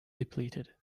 depleted